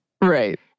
Right